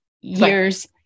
years